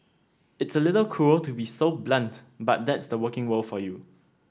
it's a little cruel to be so blunt but that's the working world for you